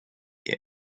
year